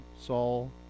Saul